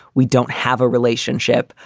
we don't have a relationship.